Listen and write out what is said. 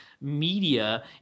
media